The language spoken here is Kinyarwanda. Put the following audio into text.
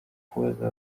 kubaza